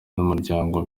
n’umuryango